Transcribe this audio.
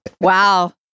wow